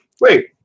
wait